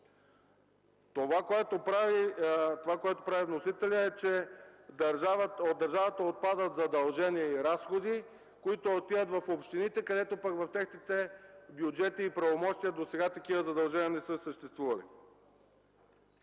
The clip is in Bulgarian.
Това, което прави вносителят, е, че от държавата отпадат задължения и разходи, които отиват в общините, където пък в техните бюджети и правомощия досега такива задължения не са съществували.